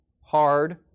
hard